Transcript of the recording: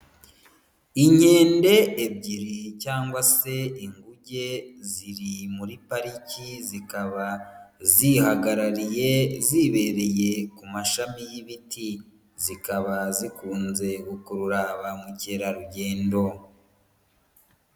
Inkende ebyiri cyangwa se inguge ziri muri pariki zikaba zihagarariye zibereye ku mashami y'ibiti, zikaba zikunze gukurura ba mukerarugendo.